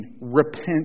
Repent